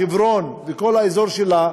חברון וכל האזור שלה,